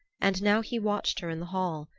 and now he watched her in the hall,